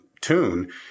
tune